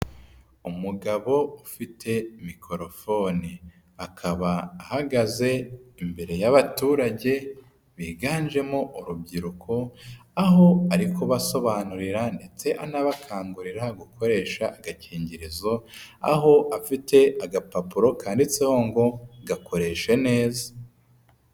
Umugabo ufite microhone, akaba ahagaze imbere y'abaturage biganjemo urubyiruko, aho ari kubasobanurira ndetse anabakangurira gukoresha agakingirizo, aho afite agapapuro kanditseho ngo ''gakoreshe neza''.